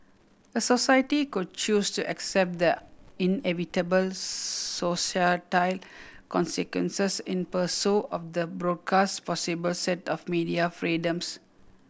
a society could choose to accept the inevitable societal consequences in pursuit of the broadcast possible set of media freedoms